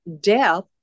death